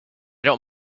don’t